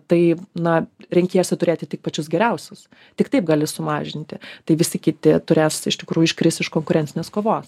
tai na renkiesi turėti tik pačius geriausius tik taip gali sumažinti tai visi kiti turės iš tikrųjų iškris iš konkurencinės kovos